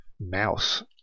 mouse